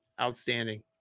outstanding